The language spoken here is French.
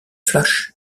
flash